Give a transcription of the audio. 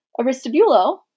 Aristobulo